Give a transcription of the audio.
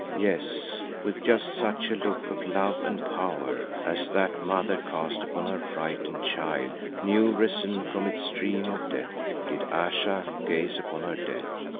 yes, with just such a look of love and power as that mother cast upon her frightened child new-risen from its dream of death, did ayesha gaze upon her dead,